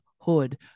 Hood